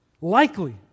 likely